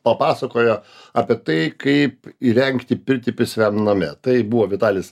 papasakojo apie tai kaip įrengti pirtį pisyviam name tai buvo vitalis